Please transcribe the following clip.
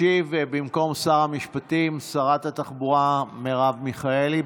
במקום שר המשפטים תשיב שרת התחבורה מרב מיכאלי.